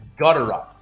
gutterup